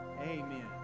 amen